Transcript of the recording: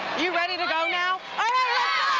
you ready to go now